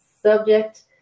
Subject